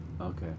Okay